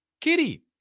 kitty